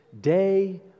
day